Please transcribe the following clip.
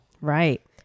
right